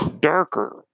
darker